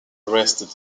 arrested